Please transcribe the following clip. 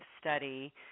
study